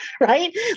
right